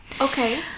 Okay